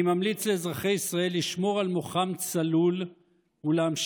אני ממליץ לאזרחי ישראל לשמור על מוחם צלול ולהמשיך